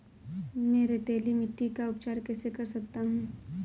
मैं रेतीली मिट्टी का उपचार कैसे कर सकता हूँ?